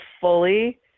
fully